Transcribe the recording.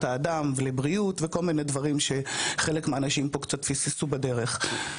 האדם ולבריאות ולכל מיני דברים שחלק מהאנשים פה קצת פספסו בדרך.